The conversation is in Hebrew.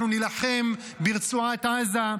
אנחנו נילחם ברצועת עזה,